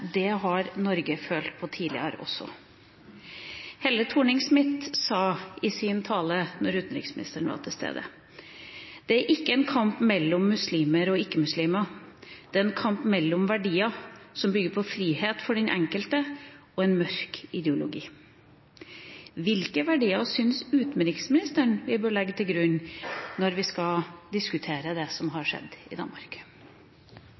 Det har Norge følt på tidligere også. Helle Thorning-Schmidt sa i sin tale, da utenriksministeren var til stede: «Det er ikke en kamp med muslimer og ikke-muslimer. Det er en kamp mellom verdier som bygger på frihet for den enkelte og en mørk ideologi.» Hvilke verdier syns utenriksministeren vi bør legge til grunn når vi skal diskutere det som har skjedd i Danmark?